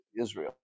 Israel